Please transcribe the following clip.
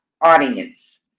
audience